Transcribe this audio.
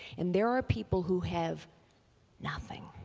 and there are people who have nothing,